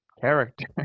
character